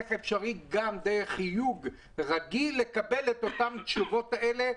איך אפשר גם בחיוג רגיל לקבל את התשובות האלה.